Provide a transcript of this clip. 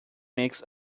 makes